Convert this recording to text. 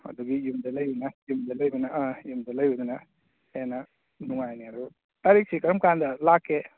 ꯑꯗꯨꯒꯤ ꯌꯨꯝꯗ ꯂꯩꯕꯅ ꯌꯨꯝꯗ ꯂꯩꯕꯅ ꯑꯥ ꯌꯨꯝꯗ ꯂꯩꯕꯗꯨꯅ ꯍꯦꯟꯅ ꯅꯨꯡꯉꯥꯏꯅꯤ ꯑꯗꯨ ꯇꯥꯔꯤꯛꯁꯦ ꯀꯔꯝ ꯀꯥꯟꯗ ꯂꯥꯛꯀꯦ